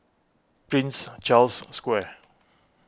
Prince Charles Square